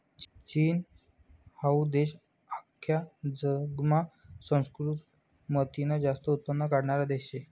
चीन हाऊ देश आख्खा जगमा सुसंस्कृत मोतीनं जास्त उत्पन्न काढणारा देश शे